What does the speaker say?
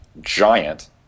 giant